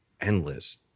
endless